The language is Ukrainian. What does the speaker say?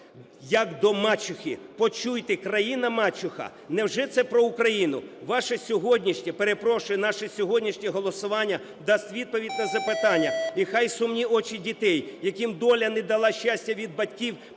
як до мачухи. Почуйте, країна-мачуха – невже це про Україну? Ваше сьогоднішнє, перепрошую, наше сьогоднішнє голосування дасть відповідь на запитання. І хай сумні очі дітей, яким доля не дала щастя від батьків,